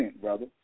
brother